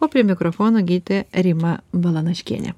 o prie mikrofono gydytoja rima balanaškienė